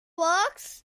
works